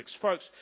Folks